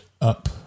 up